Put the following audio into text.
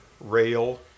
rail